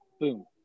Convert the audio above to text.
boom